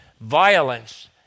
violence